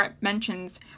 mentions